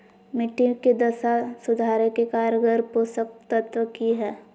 मिट्टी के दशा सुधारे के कारगर पोषक तत्व की है?